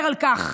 אומר כך: